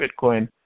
Bitcoin